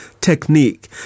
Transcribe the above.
technique